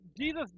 Jesus